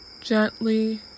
Gently